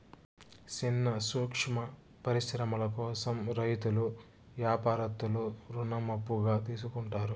సిన్న సూక్ష్మ పరిశ్రమల కోసం రైతులు యాపారత్తులు రుణం అప్పుగా తీసుకుంటారు